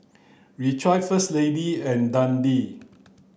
Rejoice First Lady and Dundee